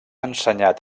ensenyat